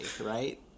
right